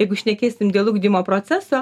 jeigu šnekėsim dėl ugdymo proceso